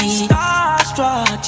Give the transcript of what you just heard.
starstruck